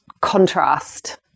contrast